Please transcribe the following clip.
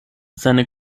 seine